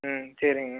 ம் சரிங்க